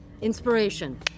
Inspiration